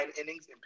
innings